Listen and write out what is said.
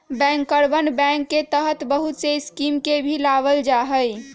बैंकरवन बैंक के तहत बहुत से स्कीम के भी लावल जाहई